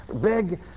big